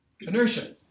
Inertia